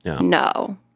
No